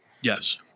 Yes